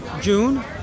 June